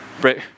Break